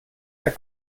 der